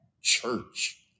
church